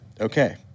okay